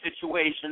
situation